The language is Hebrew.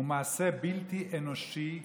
הוא מעשה בלתי אנושי,